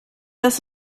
das